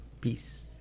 Peace